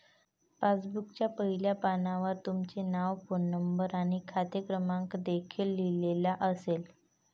पासबुकच्या पहिल्या पानावर तुमचे नाव, फोन नंबर आणि खाते क्रमांक देखील लिहिलेला असेल